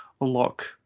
unlock